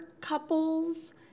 couples